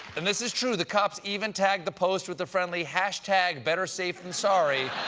and this is true the cops even tagged the post with the friendly hashtag better safe than sorry,